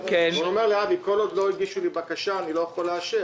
הוא אמר לי: כל עוד לא הגישו לי בקשה אני לא יכול לאשר.